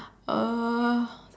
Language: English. uh